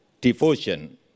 devotion